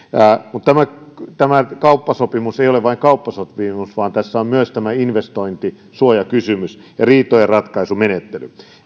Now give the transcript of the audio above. tämä kauppasopimus ei ole vain kauppasopimus vaan tässä on myös tämä investointisuojakysymys ja riitojenratkaisumenettely